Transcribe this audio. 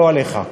לא עליך.